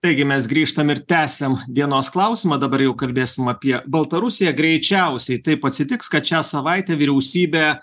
taigi mes grįžtam ir tęsiam dienos klausimą dabar jau kalbėsim apie baltarusiją greičiausiai taip atsitiks kad šią savaitę vyriausybė